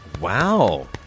wow